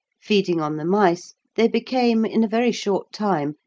feeding on the mice, they became, in a very short time,